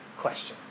questions